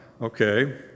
okay